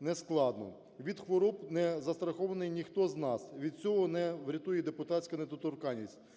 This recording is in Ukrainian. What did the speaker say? нескладно. Від хвороб не застрахований ніхто з нас. Від цього не врятує депутатська недоторканність.